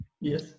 yes